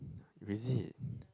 is it